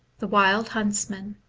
the wild huntsman,